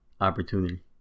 opportunity